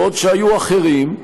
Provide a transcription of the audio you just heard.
בעוד שהיו אחרים,